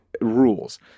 rules